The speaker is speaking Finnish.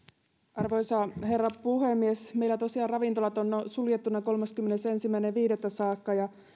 arvoisa herra puhemies meillä tosiaan ravintolat ovat suljettuna kolmaskymmenesensimmäinen viidettä saakka ja